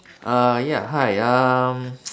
uh ya hi um